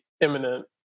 imminent